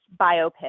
biopic